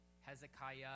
Hezekiah